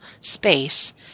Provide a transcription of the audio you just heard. space